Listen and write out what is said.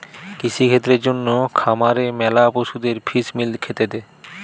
কৃষিক্ষেত্রের জন্যে খামারে ম্যালা পশুদের ফিস মিল খেতে দে